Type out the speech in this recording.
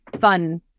fun